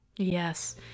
Yes